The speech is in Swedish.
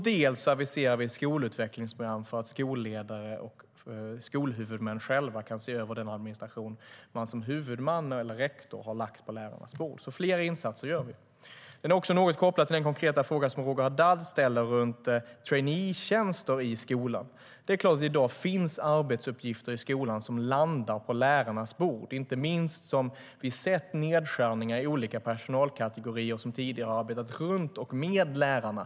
Dels aviserar vi ett skolutvecklingsprogram för att skolledare och skolhuvudmän själva ska kunna se över den administration som har lagts på lärarnas bord. Vi gör flera insatser. Det här är något kopplat till den konkreta fråga som Roger Haddad ställde om traineetjänster i skolan. Det är klart att det i dag finns arbetsuppgifter i skolan som landar på lärarnas bord eftersom det har skett nedskärningar inte minst hos olika personalkategorier som tidigare har arbetat runt och med lärarna.